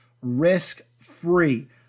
risk-free